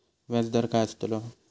व्याज दर काय आस्तलो?